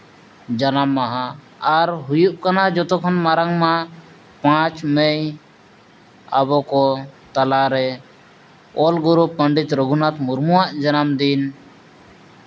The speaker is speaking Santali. ᱡᱟᱱᱟᱢ ᱢᱟᱦᱟ ᱟᱨ ᱦᱩᱭᱩᱜ ᱠᱟᱱᱟ ᱡᱚᱛᱚ ᱠᱷᱚᱱ ᱢᱟᱨᱟᱝᱼᱢᱟ ᱯᱟᱸᱪ ᱢᱮ ᱟᱵᱚᱠᱚ ᱛᱟᱞᱟᱨᱮ ᱚᱞ ᱜᱩᱨᱩ ᱯᱚᱱᱰᱤᱛ ᱨᱚᱜᱷᱩᱱᱟᱛᱷ ᱢᱩᱨᱢᱩᱣᱟᱜ ᱡᱟᱱᱟᱢ ᱫᱤᱱ